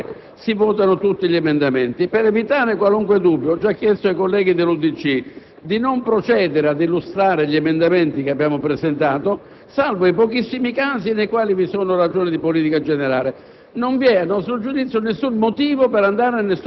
è di tutta evidenza che nell'arco delle prossime venti ore si dovranno votare tutti gli emendamenti. Per evitare qualunque dubbio, ho già chiesto ai colleghi dell'UDC di non procedere ad illustrare gli emendamenti che abbiamo presentato, salvo pochissimi casi in cui vi sono particolari ragioni di politica generale